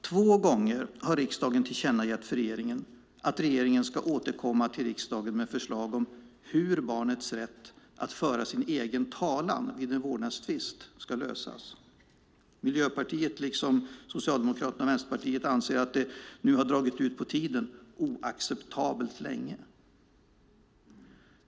Två gånger har riksdagen tillkännagett för regeringen att regeringen ska återkomma till riksdagen med förslag om hur barnets rätt att föra sin egen talan vid en vårdnadstvist ska lösas. Miljöpartiet, liksom Socialdemokraterna och Vänsterpartiet, anser att det nu har dragit ut på tiden oacceptabelt länge.